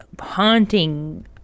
haunting